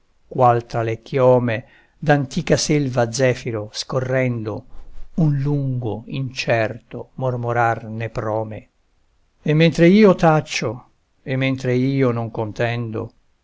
qual tra le chiome d'antica selva zefiro scorrendo un lungo incerto mormorar ne prome e mentre io taccio e mentre io non contendo